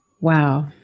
Wow